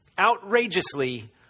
Outrageously